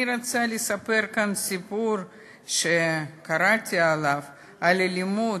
אני רוצה לספר כאן סיפור שקראתי על אלימות.